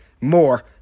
more